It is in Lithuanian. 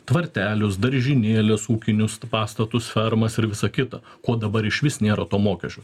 tvartelius daržinėles ūkinius pastatus fermas ir visa kita ko dabar išvis nėra to mokesčio